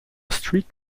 street